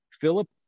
philip